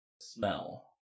smell